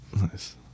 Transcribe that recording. Nice